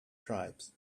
tribes